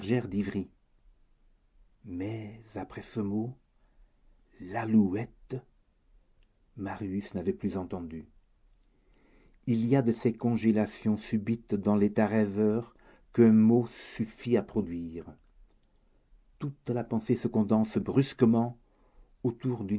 mais après ce mot l'alouette marius n'avait plus entendu il y a de ces congélations subites dans l'état rêveur qu'un mot suffit à produire toute la pensée se condense brusquement autour d'une